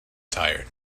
tired